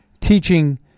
teaching